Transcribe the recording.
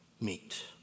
meet